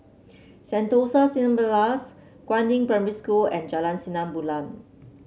Sentosa Cineblast Guangyang Primary School and Jalan Sinar Bulan